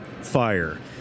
Fire